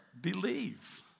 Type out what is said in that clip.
believe